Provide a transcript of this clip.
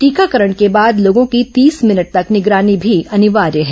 टीकांकरण के बाद लोगों की तीस मिनट तक निगरानी भी अनिवार्य है